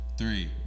three